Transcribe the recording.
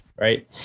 right